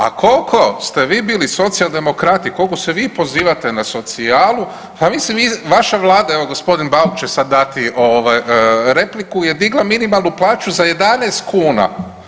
A koliko ste vi bili socijaldemokrati, koliko se vi pozive na socijalu, ja mislim evo vaša vlada, evo gospodin Bauk će sada dati repliku je digla minimalnu plaću za 11 kuna.